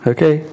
Okay